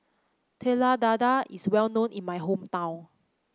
Telur Dadah is well known in my hometown